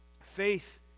Faith